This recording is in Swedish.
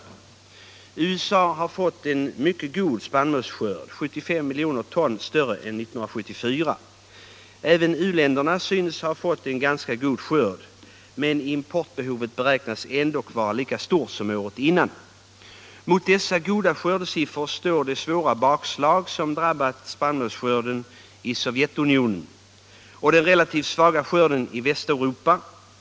USA har 1975 fått en mycket god spannmålsskörd — 75 miljoner ton större än 1974. Även u-länderna synes ha fått en ganska god skörd, men importbehovet beräknas ändock vara lika stort som året innan. Mot dessa goda skördesiffror står det svåra bakslag som drabbat spannmålsskörden i Sovjetunionen och den relativt svaga skörden i Västeuropa.